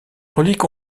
reliques